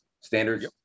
standards